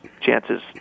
chances